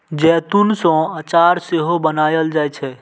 जैतून सं अचार सेहो बनाएल जाइ छै